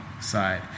side